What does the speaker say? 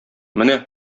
менә